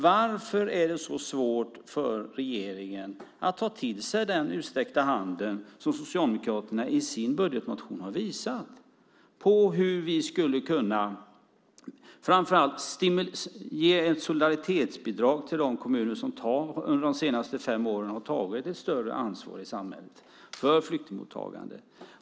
Varför är det så svårt för regeringen att ta till sig den utsträckta handen och det som Socialdemokraterna i sin budgetmotion har visat på? Vi skulle framför allt kunna ge ett solidaritetsbidrag till de kommuner som under de senaste fem åren har tagit ett större ansvar i samhället för flyktingmottagandet.